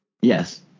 Yes